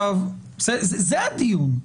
זה הדיון.